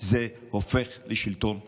זה הופך לשלטון משחית.